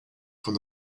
from